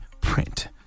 print